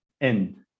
end